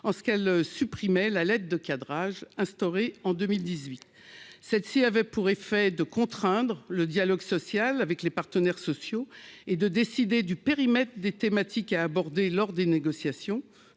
en ce qu'elle supprimait la lettre de cadrage instaurée en 2018. Celle-ci avait pour effet de contraindre le dialogue social avec les partenaires sociaux et de décider du périmètre des thématiques à aborder lors des négociations,